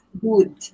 good